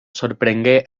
sorprengué